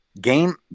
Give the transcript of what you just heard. game